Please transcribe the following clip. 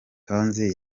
tonzi